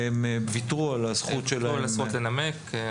הם ויתרו על הזכות שלהם לנמק.